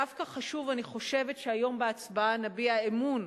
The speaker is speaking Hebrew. דווקא חשוב, אני חושבת, שהיום בהצבעה נביע אמון